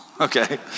Okay